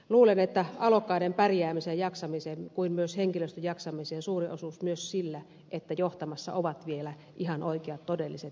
luulen että alokkaiden pärjäämiseen ja jaksamiseen kuten myös henkilöstön jaksamiseen suuri osuus on myös sillä että johtamassa ovat vielä ihan oikeat todelliset ihmiset